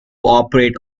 operate